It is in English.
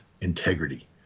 integrity